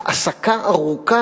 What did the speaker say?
העסקה ארוכה,